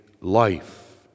life